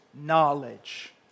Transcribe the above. knowledge